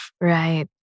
Right